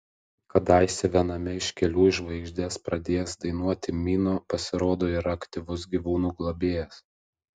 kadaise viename iš kelių į žvaigždes pradėjęs dainuoti mino pasirodo yra aktyvus gyvūnų globėjas